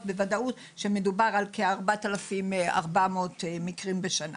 בוודאות שמדובר על כ-4,400 מקרים בשנה.